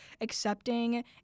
accepting